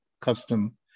custom